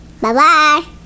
Bye-bye